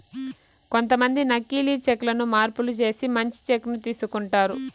కొంతమంది నకీలి చెక్ లను మార్పులు చేసి మంచి చెక్ ను తీసుకుంటారు